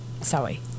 Sorry